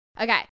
Okay